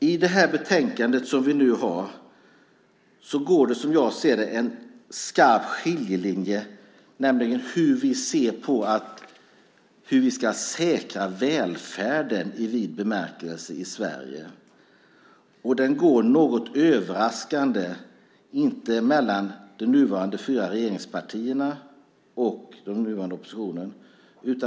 I det betänkande som vi nu debatterar går det som jag ser det en skarp skiljelinje. Det gäller hur vi ser på hur vi ska säkra välfärden i vid bemärkelse i Sverige. Skiljelinjen går något överraskande inte mellan de nuvarande fyra regeringspartierna och den nuvarande oppositionen.